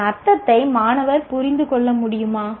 அதன் அர்த்தத்தை மாணவர் புரிந்து கொள்ள முடியுமா